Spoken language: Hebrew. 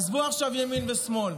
עזבו עכשיו ימין ושמאל,